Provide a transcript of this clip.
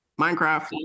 Minecraft